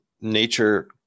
nature